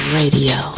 radio